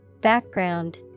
Background